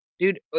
Dude